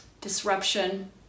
disruption